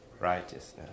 Righteousness